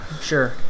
sure